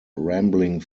rambling